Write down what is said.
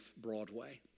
Broadway